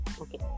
Okay